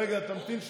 רגע, תמתין שנייה.